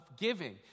giving